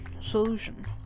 solution